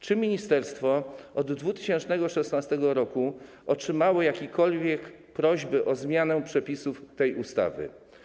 Czy ministerstwo od 2016 r. otrzymało jakiekolwiek prośby o zmianę przepisów tej ustawy?